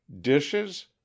dishes